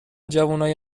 جوونای